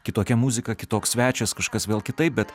kitokia muzika kitoks svečias kažkas vėl kitaip bet